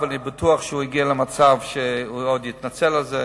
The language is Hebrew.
ואני בטוח שהוא יגיע למצב שהוא עוד יתנצל על זה,